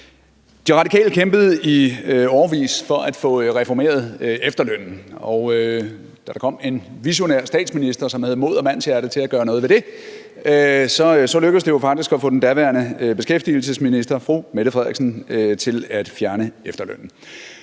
De Radikale kæmpede i årevis for at få reformeret efterlønnen, og da der kom en visionær statsminister, som havde mod og mandshjerte til at gøre noget ved det, lykkedes det jo faktisk at få den daværende beskæftigelsesminister, fru Mette Frederiksen, til at fjerne efterlønnen.